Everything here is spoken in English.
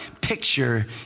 picture